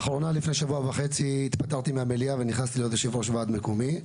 לפני שבוע וחצי התפטרתי מהמליאה ונכנסתי להיות יושב-ראש ועד מקומי.